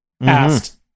asked